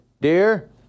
dear